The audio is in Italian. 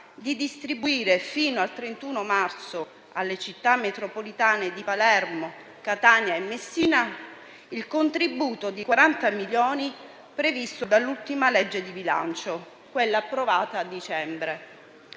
di distribuire fino al 31 marzo alle città metropolitane di Palermo, Catania e Messina il contributo di 40 milioni previsto dall'ultima legge di bilancio, quella approvata a dicembre.